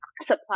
Supply